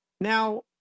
now